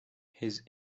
his